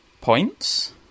points